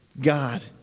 God